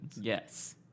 Yes